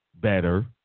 better